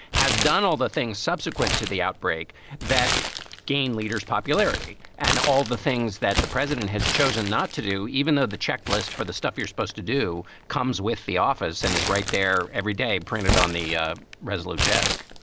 has done all the things subsequent to the outbreak that gain leader's popularity and all the things that the president has chosen not to do. even though the checklist for the stuff you're supposed to do comes with the office and is right there every day printed on the ah resolute desk